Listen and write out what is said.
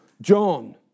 John